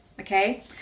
okay